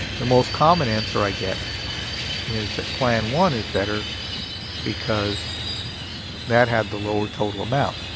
the most common answer i get is that plan one is better because that had the lower total amount,